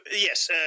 yes